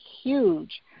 huge